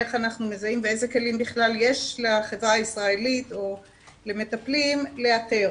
איך אנחנו מזהים ואיזה כלים בכלל יש לחברה הישראלית או למטפלים לאתר.